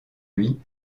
lui